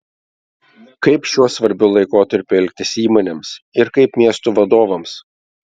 kaip šiuo svarbiu laikotarpiu elgtis įmonėms ir kaip miestų vadovams